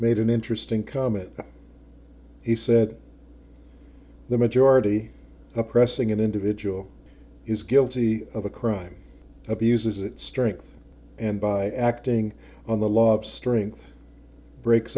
made an interesting comment he said the majority oppressing an individual is guilty of a crime abuses its strength and by acting on the law strength breaks